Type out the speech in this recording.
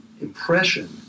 impression